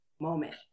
moment